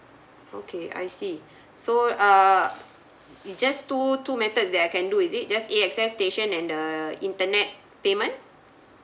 okay I see so err it just two two methods that I can do is it just A_X_S station and the internet payment